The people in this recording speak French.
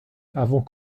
avant